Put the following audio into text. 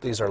these are